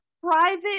private